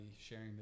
sharing